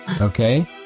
okay